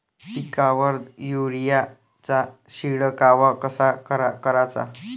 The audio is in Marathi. पिकावर युरीया चा शिडकाव कसा कराचा?